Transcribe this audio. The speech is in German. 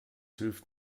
hilft